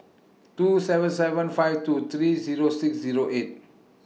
two seven seven five two three Zero six Zero eight